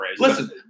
Listen